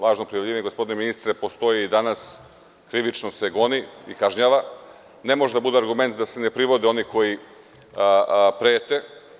Lažno prijavljivanje, gospodine ministre, postoji i danas, krivično se goni i kažnjava i ne može da bude argument da se ne privode oni koji prete.